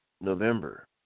November